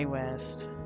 West